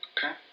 Okay